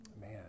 man